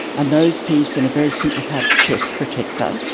a nose-piece and a very simplified chest protector,